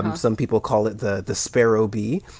some people call it the the sparrow bee,